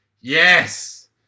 yes